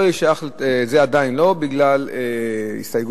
לא יהיה שייך,